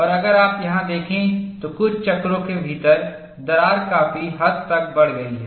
और अगर आप यहां देखें तो कुछ चक्रों के भीतर दरार काफी हद तक बढ़ गई है